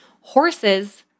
Horses